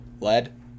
Lead